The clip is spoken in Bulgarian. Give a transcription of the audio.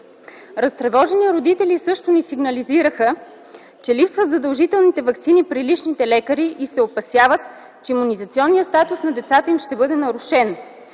Разтревожени родители също ни сигнализираха, че липсват задължителните ваксини при личните лекари и се опасяват, че имунизационният статус на децата им ще бъде нарушен.